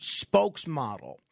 spokesmodel